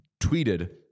tweeted